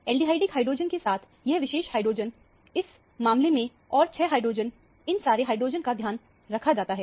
aldehydic hydrogen के साथ यह विशेष हाइड्रोजन इस इस मामले में और 6 हाइड्रोजन इन सारे हाइड्रोजन का ध्यान रखा जाता है